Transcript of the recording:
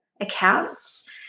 accounts